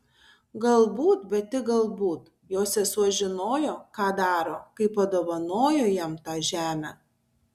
galbūt bet tik galbūt jo sesuo žinojo ką daro kai padovanojo jam tą žemę